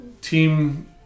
team